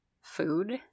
food